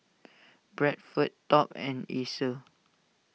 Bradford Top and Acer